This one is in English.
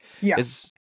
yes